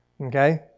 Okay